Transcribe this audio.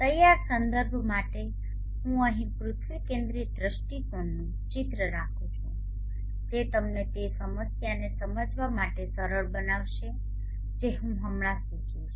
તૈયાર સંદર્ભ માટે હું અહીં પૃથ્વી કેન્દ્રિત દૃષ્ટિકોણનું ચિત્ર રાખું છું જે તમને તે સમસ્યાને સમજવા માટે સરળ બનાવશે જે હું હમણાં સૂચવીશ